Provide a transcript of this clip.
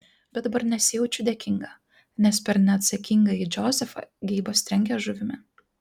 bet dabar nesijaučiu dėkinga nes per neatsakingąjį džozefą geibas trenkia žuvimi